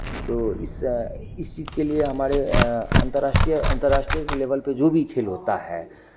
तो इस इस चीज़ के लिए हमारे अंतर्राष्टीय अंतर्राष्टीय लेवल पे जो भी खेल होता है